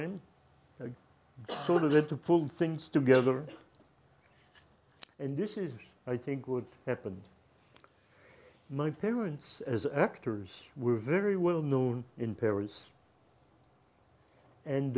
lead to pull things together and this is i think would happen my parents as actors were very well known in paris and